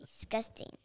Disgusting